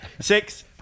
Six